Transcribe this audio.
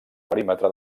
perímetre